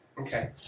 Okay